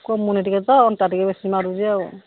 କମୁନି ଟିକେ ତ ଅଣ୍ଟା ଟିକେ ବେଶୀ ମାଡ଼ୁଛି ଆଉ